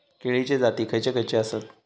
केळीचे जाती खयचे खयचे आसत?